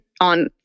on